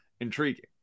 intriguing